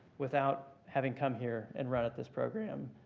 without having come here and run at this program,